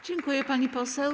Dziękuję, pani poseł.